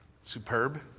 Superb